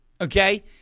Okay